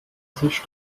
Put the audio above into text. tisch